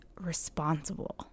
responsible